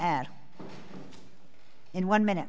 add in one minute